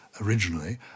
originally